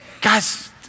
Guys